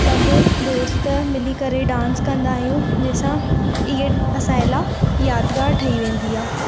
सभु दोस्त मिली करे डांस कंदा आहियूं जंहिंसां इहा असांजे लाइ यादिगारु ठही वेंदी आहे